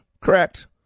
correct